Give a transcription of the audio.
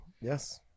Yes